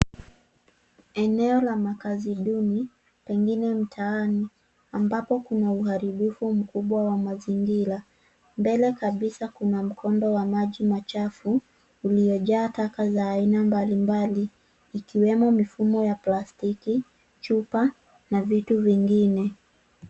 Enoe la makazi duni, pengine mtaani, ambapo kuna uharibifu mkubwa wa mazingira. Mbele kabisa kuna mkondo wa maji machafu, uliojaa taka za aina mbalimbali, ikiwemo mifumo ya plastiki, chupa, na vitu vingine.